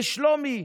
לשלומי,